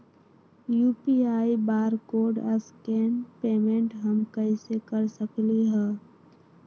UPI barcode scan payment हम कईसे कर सकली ह?